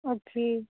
okay